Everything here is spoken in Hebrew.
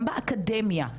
גם באקדמיה,